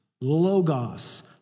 Logos